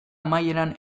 amaieran